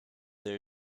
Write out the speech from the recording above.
there